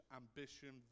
ambition